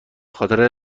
خاطر